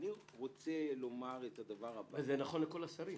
זה נכון לכל השרים.